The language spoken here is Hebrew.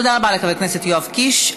תודה רבה לחבר הכנסת יואב קיש.